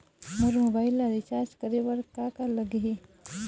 मोर mobile ला recharge करे बर का का लगही?